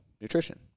nutrition